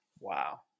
Wow